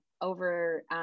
over